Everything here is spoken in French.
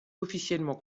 officiellement